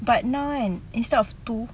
but now kan instead of two